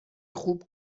خوب